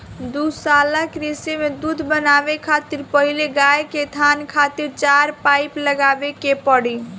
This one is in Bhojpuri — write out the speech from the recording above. दुग्धशाला कृषि में दूध बनावे खातिर पहिले गाय के थान खातिर चार पाइप लगावे के पड़ी